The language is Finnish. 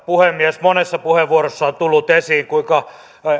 puhemies monessa puheenvuorossa on tullut esiin kuinka